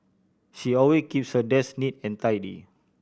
she alway keeps her desk neat and tidy